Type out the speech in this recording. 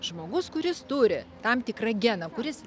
žmogus kuris turi tam tikrą geną kuris